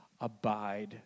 abide